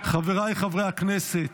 חבריי חברי הכנסת,